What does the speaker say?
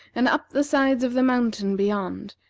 and up the sides of the mountain beyond,